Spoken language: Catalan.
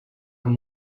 amb